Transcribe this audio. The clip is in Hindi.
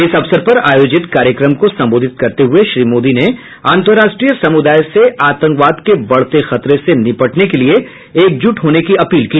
इस अवसर पर आयोजित कार्यक्रम को संबोधित करते हुये श्री मोदी ने अंतरराष्ट्रीय समुदाय से आतंकवाद के बढ़ते खतरे से निपटने के लिए एकजुट होने की अपील की